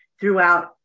throughout